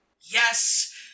Yes